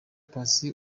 paccy